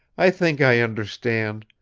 i think i understand.